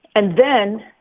and then,